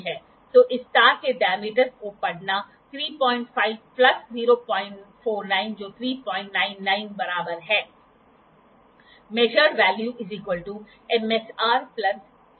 h L × sin θ जहाँ h rollers के बीच ऊंचाई में अंतर L रोलर्स के बीच की दूरी ऊंचाई h के लिए साइन गेज का निर्माण करके और स्लिप गेज के उपर एक रोलर के साथ एक सतह की थाली पर साइन बार रखकर ऊपरी सतह को सतह की प्लेट के संबंध में चाहा हुआ एंगल में सेट किया जा सकता है